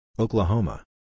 Oklahoma